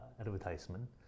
advertisement